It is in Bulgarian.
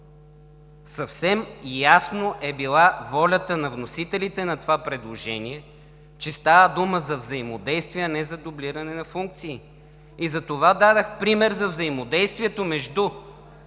Съвсем ясна е била волята на вносителите на това предложение, че става дума за взаимодействие, а не за дублиране на функции. Затова дадох пример за взаимодействието между